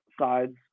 sides